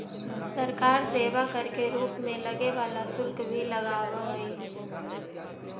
सरकार सेवा कर के रूप में लगे वाला शुल्क भी लगावऽ हई